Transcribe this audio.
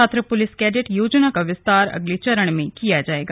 छात्र police cadet योजना का विस्तार अगले चरण में किया जाएगा